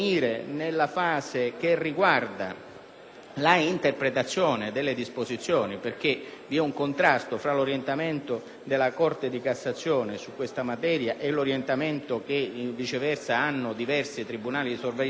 l'interpretazione delle disposizioni. Vi è infatti un contrasto tra l'orientamento della Corte di cassazione su questa materia e l'orientamento che, viceversa, hanno diversi tribunali di sorveglianza, con la inevitabile